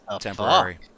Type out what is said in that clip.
temporary